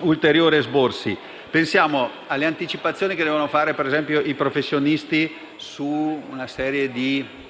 ulteriori esborsi. Pensiamo alle anticipazioni che devono fare ad esempio i professionisti su una serie di